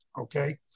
okay